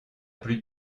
plus